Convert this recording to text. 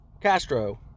Castro